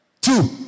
two